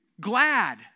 Glad